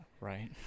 Right